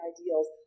ideals